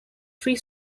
three